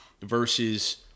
versus